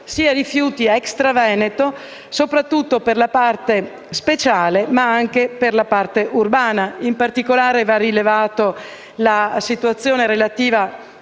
sia rifiuti *extra* Veneto, soprattutto per la parte speciale, ma anche per la parte urbana. In particolare, vanno rilevate le situazioni relative